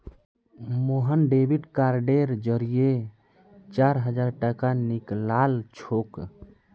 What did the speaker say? Mohan debit कार्डेर जरिए चार हजार टाका निकलालछोक